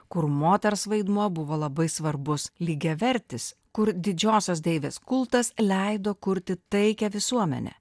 kur moters vaidmuo buvo labai svarbus lygiavertis kur didžiosios deivės kultas leido kurti taikią visuomenę